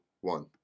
one